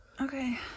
Okay